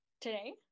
today